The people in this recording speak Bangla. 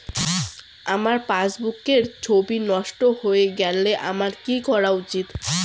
আমার পাসবুকের ছবি নষ্ট হয়ে গেলে আমার কী করা উচিৎ?